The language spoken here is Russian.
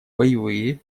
боевые